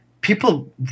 people